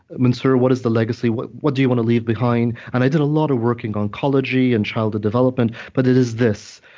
mansoor, what is the legacy? what what do you want to leave behind? and i did a lot of work in oncology and childhood development, but it is this.